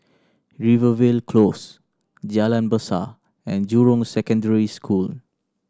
Rivervale Close Jalan Besar and Jurong Secondary School